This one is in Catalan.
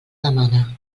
demana